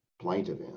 plaintiff